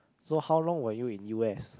so how long were you in u_s